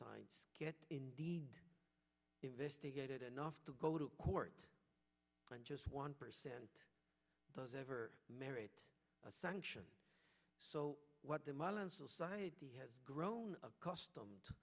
signed indeed investigated enough to go to court and just one percent of those ever merit a sanction so what the modern society has grown accustomed